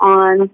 on